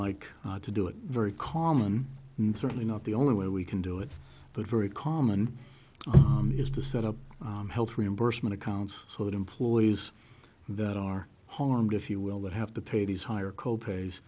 like to do it very common and certainly not the only way we can do it but very common is the set up health reimbursement accounts so that employees that are harmed if you will that have to pay these higher co pays